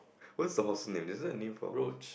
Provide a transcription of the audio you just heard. what's the horse's name is there a name for the horse